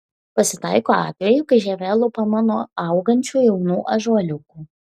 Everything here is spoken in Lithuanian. pasitaiko atvejų kai žievė lupama nuo augančių jaunų ąžuoliukų